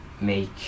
make